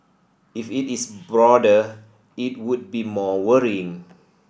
if it is broader it would be more worrying